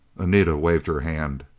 anita waved her hand.